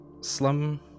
slum